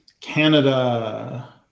Canada